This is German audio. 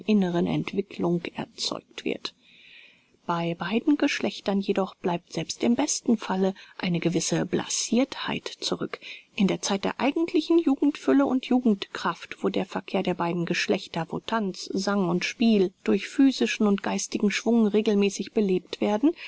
inneren entwicklung erzeugt wird bei beiden geschlechtern jedoch bleibt selbst im besten falle eine gewisse blasirtheit zurück in der zeit der eigentlichen jugendfülle und jugendkraft wo der verkehr der beiden geschlechter wo tanz sang und spiel durch physischen und geistigen schwung gleichmäßig belebt werden